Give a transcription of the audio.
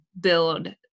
build